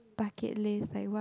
bucket list like what